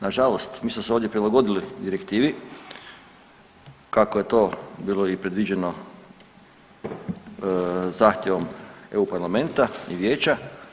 Na žalost mi smo se ovdje prilagodili direktivi kako je to bilo predviđeno zahtjevom EU parlamenta i Vijeća.